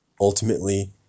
ultimately